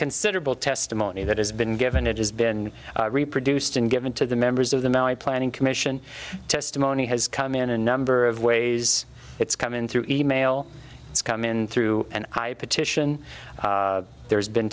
considerable testimony that has been given it has been reproduced and given to the members of the maui planning commission testimony has come in a number of ways it's come in through e mail it's come in through and i petition there's been